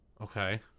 Okay